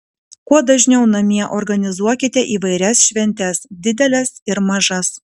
kuo dažniau namie organizuokite įvairias šventes dideles ir mažas